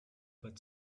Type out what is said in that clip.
but